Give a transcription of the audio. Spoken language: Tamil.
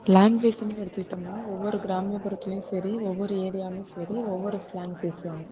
லாங்குவேஜுன்னு எடுத்துக்கிட்டோம்னால் ஒவ்வொரு கிராமப்புறத்துலேயும் சரி ஒவ்வொரு ஏரியாவுலேயும் சரி ஒவ்வொரு ஸ்லாங் பேசுவாங்க